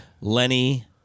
Lenny